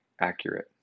accurate